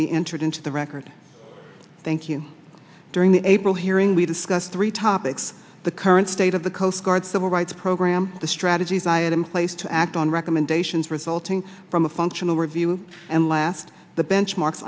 be entered into the record thank you during the april hearing we discuss three topics the current state of the coast guard civil rights program the strategies i had in place to act on recommendations resulting from a functional review and last the benchmark